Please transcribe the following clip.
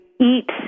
Eat